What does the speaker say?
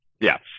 yes